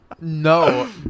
No